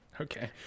Okay